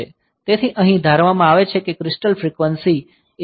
તેથી અહીં આ ધારવામાં આવે છે કે ક્રિસ્ટલ ફ્રિક્વન્સી 11